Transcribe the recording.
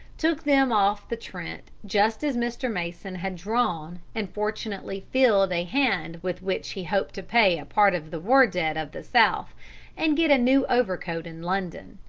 took them off the trent, just as mr. mason had drawn and fortunately filled a hand with which he hoped to pay a part of the war-debt of the south and get a new overcoat in london.